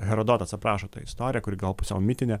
herodotas aprašo tą istoriją kuri gal pusiau mitinė